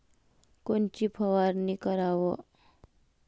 कोनची फवारणी कराव?